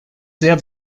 sehr